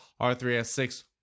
R3S6